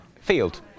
field